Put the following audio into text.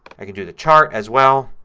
i can do the chart as well.